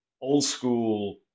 old-school